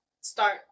start